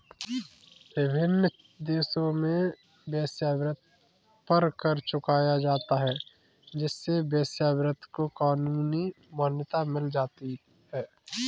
विभिन्न देशों में वेश्यावृत्ति पर कर चुकाया जाता है जिससे वेश्यावृत्ति को कानूनी मान्यता मिल जाती है